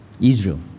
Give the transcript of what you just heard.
Israel